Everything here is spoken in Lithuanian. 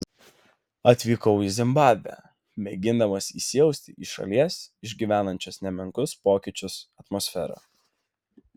atvykau į zimbabvę mėgindamas įsijausti į šalies išgyvenančios nemenkus pokyčius atmosferą